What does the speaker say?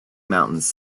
mountains